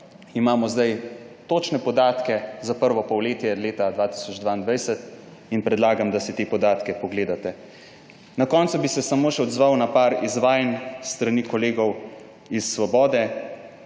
imamo zdaj točne podatke za prvo polletje leta 2022 in predlagam, da si te podatke pogledate. Na koncu bi se samo še odzval na nekaj izvajanj s strani kolegov iz Svobode.